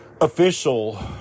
official